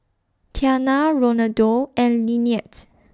Tiana Ronaldo and Linette